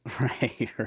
right